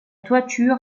toiture